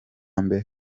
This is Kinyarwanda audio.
mbere